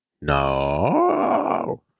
no